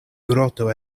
groto